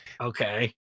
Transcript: Okay